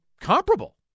comparable